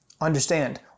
understand